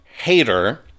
hater